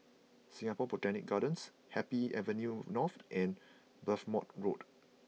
Singapore Botanic Gardens Happy Avenue North and Belmont Road